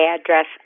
address